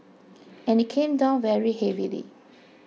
and it came down very heavily